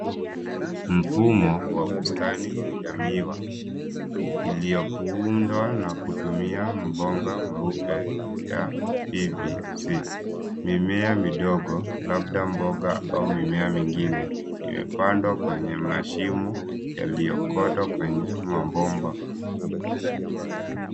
Mfumo wa bustani ya miwa iliyopuundwa na kutumia mbomba mweupe ya PVC. Mimea midogo labda mboga au mimea mingine imepandwa kwenye mashimo yaliyotoka kwenye mabomba.